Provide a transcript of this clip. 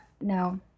No